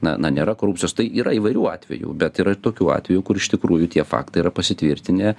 na na nėra korupcijos tai yra įvairių atvejų bet yra tokių atvejų kur iš tikrųjų tie faktai yra pasitvirtinę